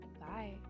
Bye